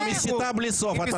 היא מסיתה בלי סוף.